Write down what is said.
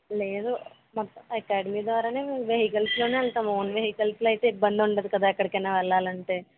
లేదు మొ అకాడమీ ద్వారానే వెహికల్స్ లోనే వెళ్తాం ఓన్ వెహికల్స్ అయితే ఇబ్బందుండదుకదా ఎక్కడికైనా వెళ్ళాలంటే